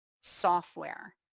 software